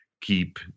keep